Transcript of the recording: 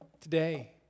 Today